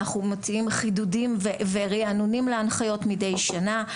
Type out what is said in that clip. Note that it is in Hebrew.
אנחנו מוציאים חידודים ורענונים להנחיות מדי שנה.